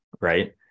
Right